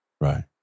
Right